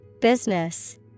Business